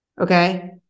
Okay